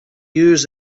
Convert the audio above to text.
use